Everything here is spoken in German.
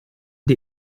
der